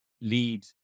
lead